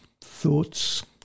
thoughts